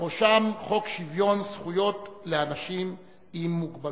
בראשם חוק שוויון זכויות לאנשים עם מוגבלות.